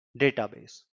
database